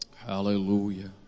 Hallelujah